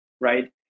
Right